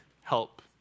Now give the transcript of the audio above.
help